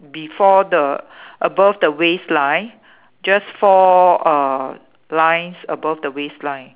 before the above the waist line just four uh lines above the waist line